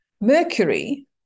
Mercury